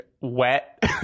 wet